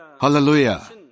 Hallelujah